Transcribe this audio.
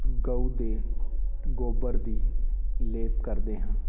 ਗਊ ਦੇ ਗੋਬਰ ਦੀ ਲੇਪ ਕਰਦੇ ਹਾਂ